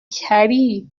کری